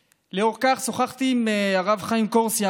לנוכח זאת שוחחתי עם הרב חיים קורסיה,